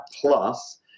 plus